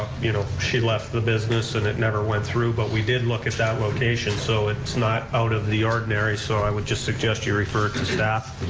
you know, she left the business and it never went through, but we did look at that location so it's not out of the ordinary, so i would just suggest you refer to staff.